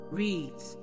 reads